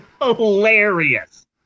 hilarious